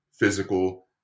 physical